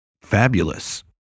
fabulous